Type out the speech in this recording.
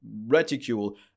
reticule